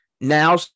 now